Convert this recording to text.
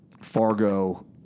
Fargo